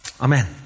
amen